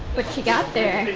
like you got there?